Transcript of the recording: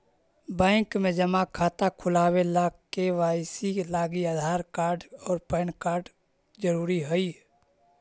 bank में जमा खाता खुलावे ला के.वाइ.सी लागी आधार कार्ड और पैन कार्ड ज़रूरी हई